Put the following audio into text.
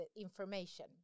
information